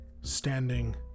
standing